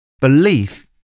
Belief